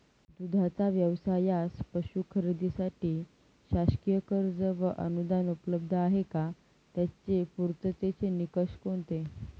दूधाचा व्यवसायास पशू खरेदीसाठी शासकीय कर्ज व अनुदान उपलब्ध आहे का? त्याचे पूर्ततेचे निकष कोणते?